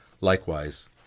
Likewise